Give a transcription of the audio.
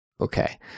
Okay